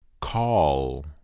Call